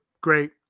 great